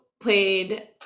played